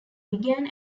began